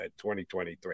2023